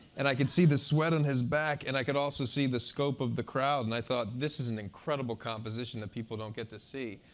and i could see the sweat on his back. and i can also see the scope of the crowd. and i thought, this is an incredible composition that people don't get to see.